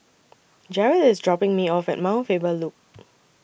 Jaret IS dropping Me off At Mount Faber Loop